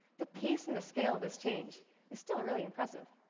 the pace and the scale of this change is still really impressive.